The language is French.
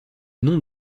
nom